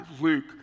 Luke